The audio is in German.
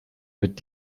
mit